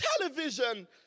television